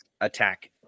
attack